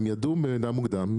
הם ידעו ידע מוקדם,